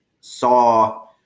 saw